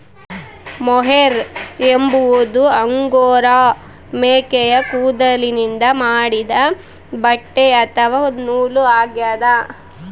mohair ಎಂಬುದು angora ಮೇಕೆಯ ಕೂದಲಿನಿಂದ ಮಾಡಿದ ಬಟ್ಟೆ ಅಥವಾ ನೂಲು ಆಗ್ಯದ